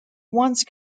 once